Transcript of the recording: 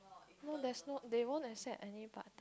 no there's no they won't accept any part